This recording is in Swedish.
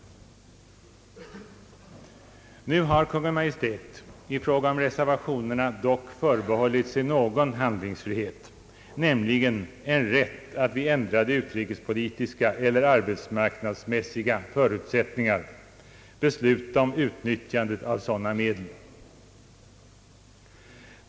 Nu har Kungl. Maj:t i fråga om reservationerna dock förbehållit sig någon handlingsfrihet i form av en rätt att vid ändrade utrikespolitiska eller arbetsmarknadsmässiga förutsättningar besluta om utnyttjande av sådana medel.